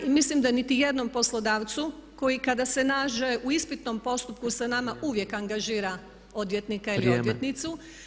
I mislim da niti jednom poslodavcu koji kada se nađe u ispitnom postupku sa nama uvijek angažira odvjetnika ili odvjetnicu.